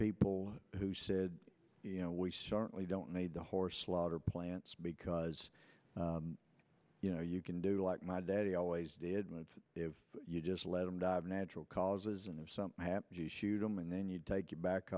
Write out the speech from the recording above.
people who said you know we certainly don't need the horse slaughter plants because you know you can do like my daddy always did if you just let him die of natural causes and if something happens you shoot him and then you take it back